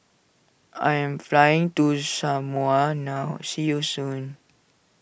I am flying to Samoa now see you soon